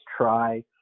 try